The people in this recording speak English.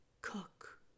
Cook